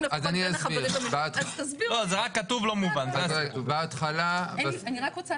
אנחנו בהתחלה רצינו